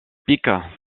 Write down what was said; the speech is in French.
pic